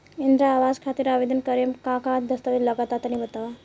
इंद्रा आवास खातिर आवेदन करेम का का दास्तावेज लगा तऽ तनि बता?